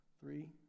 three